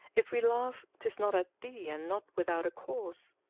if we laugh tis not at thee and not without a cause.